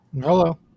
Hello